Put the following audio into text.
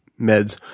meds